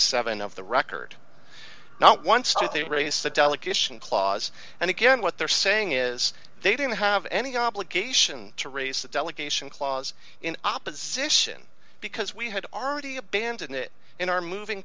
dollars of the record not once did they raise the delegation clause and again what they're saying is they don't have any obligation to raise that delegation clause in opposition because we had already abandoned it in our moving